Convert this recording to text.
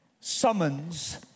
summons